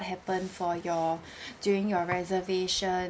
happened for your during your reservation